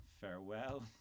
Farewell